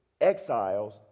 exiles